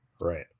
Right